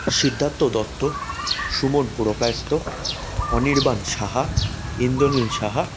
Siddharth Dutta Suman Purkayastha Anirban Saha Indranil Saha